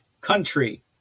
country